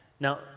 Now